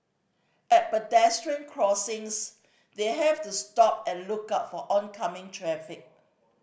at pedestrian crossings they have to stop and look out for oncoming traffic